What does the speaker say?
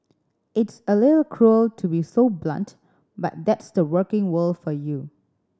it's a little cruel to be so blunt but that's the working world for you